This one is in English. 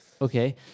Okay